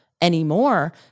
anymore